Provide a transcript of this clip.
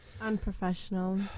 Unprofessional